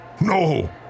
No